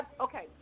okay